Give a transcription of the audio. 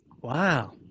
Wow